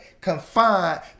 confined